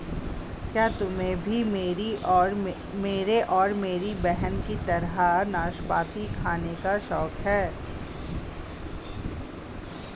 क्या तुम्हे भी मेरी और मेरी बहन की तरह नाशपाती खाने का शौक है?